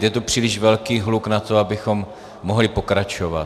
Je tu příliš velký hluk na to, abychom mohli pokračovat.